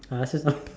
uh so it's not